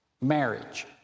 marriage